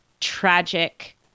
tragic